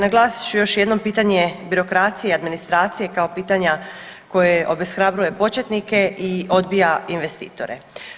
Naglasit ću još jednom pitanje birokracije i administracije kao pitanja koje obeshrabruje početnike i odbija investitore.